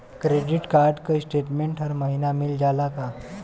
Credit card क statement हर महिना मिल जाला का?